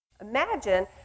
Imagine